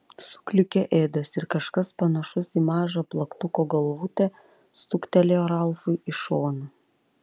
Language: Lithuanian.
suklykė edas ir kažkas panašus į mažą plaktuko galvutę stuktelėjo ralfui į šoną